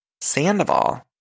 Sandoval